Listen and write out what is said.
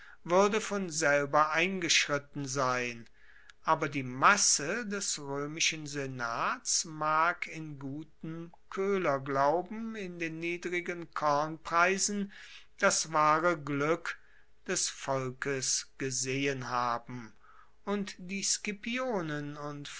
wuerde von selber eingeschritten sein aber die masse des roemischen senats mag in gutem koehlerglauben in den niedrigen kornpreisen das wahre glueck des volkes gesehen haben und die scipionen und